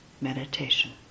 meditation